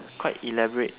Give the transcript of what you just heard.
quite elaborate